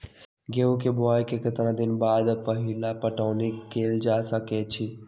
गेंहू के बोआई के केतना दिन बाद पहिला पटौनी कैल जा सकैछि?